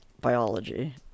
biology